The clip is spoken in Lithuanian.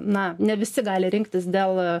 na ne visi gali rinktis dėl